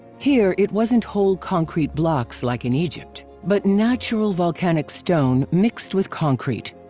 here it wasn't whole concrete blocks like in egypt but natural volcanic stone mixed with concrete.